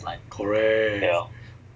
correct